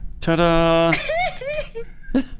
Ta-da